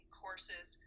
courses